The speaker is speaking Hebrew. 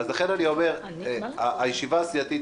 לכן הישיבה הסיעתית